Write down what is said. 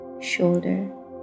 shoulder